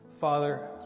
Father